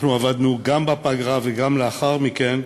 אנחנו עבדנו גם בפגרה וגם לאחר מכן,